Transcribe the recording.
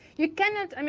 you cannot, i mean